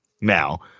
now